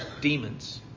demons